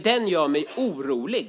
Den gör mig orolig.